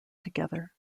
together